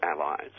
allies